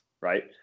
right